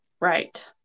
Right